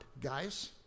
guys